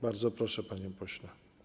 Bardzo proszę, panie pośle.